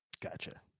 Gotcha